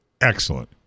Excellent